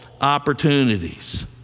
opportunities